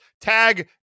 Tag